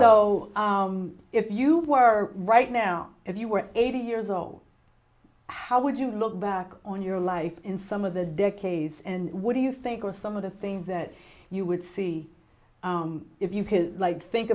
o if you were right now if you were eighty years old how would you look back on your life in some of the decades and what do you think are some of the things that you would see if you feel like think